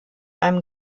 einem